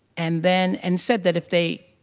and then, and said that if they,